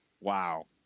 wow